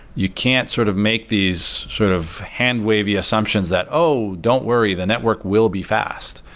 you can't sort of make these sort of hand wavy assumptions that, oh! don't worry. the network will be fast,